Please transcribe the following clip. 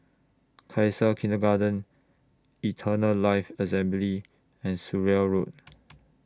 Khalsa Kindergarten Eternal Life Assembly and Surrey Road